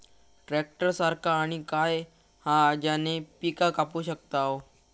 Tractor सारखा आणि काय हा ज्याने पीका कापू शकताव?